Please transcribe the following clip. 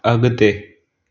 अॻिते